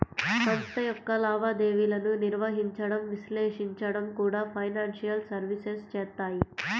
సంస్థ యొక్క లావాదేవీలను నిర్వహించడం, విశ్లేషించడం కూడా ఫైనాన్షియల్ సర్వీసెస్ చేత్తాయి